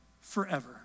forever